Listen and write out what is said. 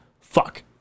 fuck